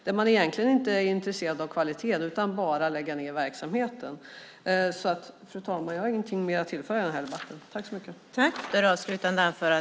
Man är egentligen inte intresserad av kvaliteten, utan det handlar bara om att lägga ned verksamheten. Fru talman! Jag har inget mer att tillföra den här debatten.